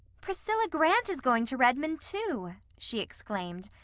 priscilla grant is going to redmond, too, she exclaimed.